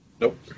Nope